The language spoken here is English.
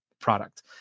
product